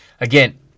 Again